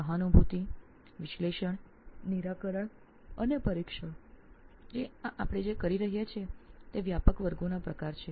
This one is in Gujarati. સહાનુભૂતિ વિશ્લેષણ નિરાકરણ અને પરીક્ષણ કરો આ આપણે જે કરી રહ્યા છીએ તે વ્યાપક વર્ગોના પ્રકાર છે